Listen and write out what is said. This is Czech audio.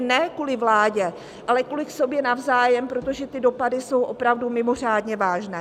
Ne kvůli vládě, ale kvůli sobě navzájem, protože ty dopady jsou opravdu mimořádně vážné.